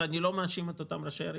ואני לא מאשים את אותם ראשי ערים,